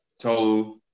Tolu